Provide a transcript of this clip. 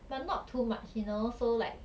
but not too much you know so like